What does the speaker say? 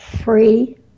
free